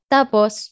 Tapos